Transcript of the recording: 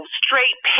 straight